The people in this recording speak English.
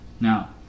Now